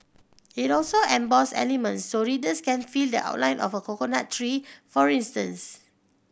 it also embossed elements so readers can feel the outline of a coconut tree for instance